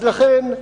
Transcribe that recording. אז לכן,